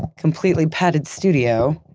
completely padded studio,